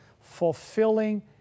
fulfilling